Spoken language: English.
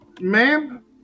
ma'am